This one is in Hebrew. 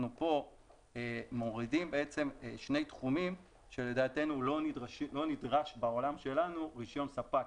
כאן אנחנו מורידים שני תחומים שלדעתנו לא נדרש בעולם שלנו רישיון ספק.